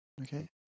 Okay